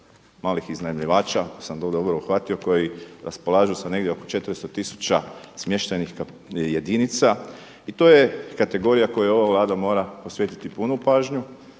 malih iznajmljivača ako sam to dobro uhvatio koji raspolažu sa negdje oko 400 tisuća smještajnih jedinica. I to je kategorija kojoj ova Vlada mora posvetiti punu pažnju